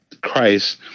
Christ